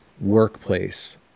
workplace